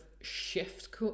shift